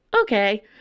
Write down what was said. Okay